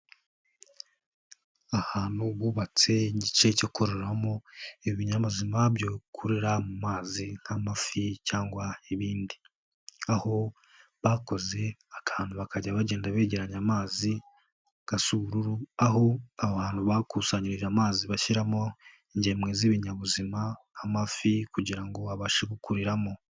Ahantu bubatse igice cyo kororamo ibinyabuzima byo kura mu mazi nk'amafi cyangwa ibindi. Aho bakoze akantu bakagenda kegeranya amazi gasa ubururu, aho abantu bakusanyirije amazi bashyiramo ingemwe z'ibinyabuzima nk amafi kugira ngo babashe gukuriramo.